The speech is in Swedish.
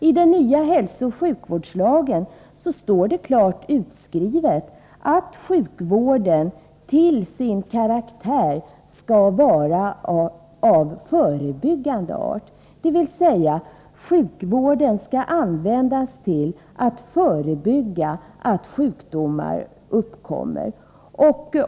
I den nya hälsooch sjukvårdslagen står det klart utskrivet att sjukvården till sin karaktär skall vara av förebyggande art, dvs. sjukvården skall användas till att förebygga att sjukdomar uppkommer.